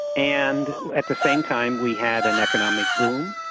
and at the same time we had an economic boom,